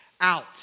out